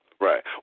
right